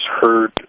heard